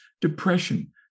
depression